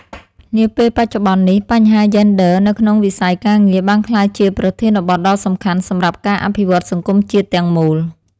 នាពេលបច្ចុប្បន្ននេះ បញ្ហាយេនឌ័រនៅក្នុងវិស័យការងារបានក្លាយជាប្រធានបទដ៏សំខាន់សម្រាប់ការអភិវឌ្ឍសង្គមជាតិទាំងមូល។